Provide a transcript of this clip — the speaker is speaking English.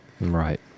Right